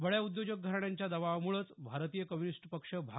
बड्या उद्योजक घराण्यांच्या दबावामुळेच भारतीय कम्युनिस्ट पक्ष भा